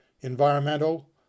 environmental